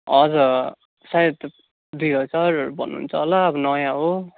हजुर सायद दुई हजारहरू भन्नु हुन्छ होला अब नयाँ हो